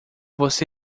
você